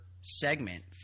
segment